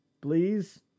please